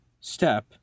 step